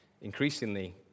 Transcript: Increasingly